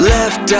Left